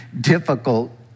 difficult